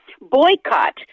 boycott